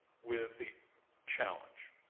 with the challenge.